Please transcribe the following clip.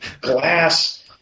Glass